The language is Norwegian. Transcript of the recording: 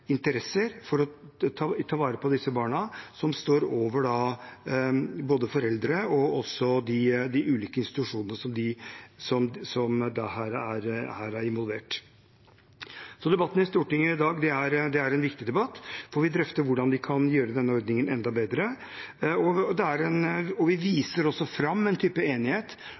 interesser for å ta vare på disse barna står over både foreldre og også de ulike institusjonene som her er involvert. Så debatten i Stortinget i dag er en viktig debatt, hvor vi drøfter hvordan vi kan gjøre denne ordningen enda bedre. Vi viser også fram en type enighet om dette byggverket av politiattester knyttet til arbeidet med barn. At vi